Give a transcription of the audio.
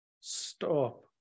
Stop